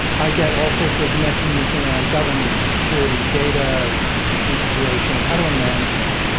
i get all sort of messiness around governance, security, data integration. how do i manage that?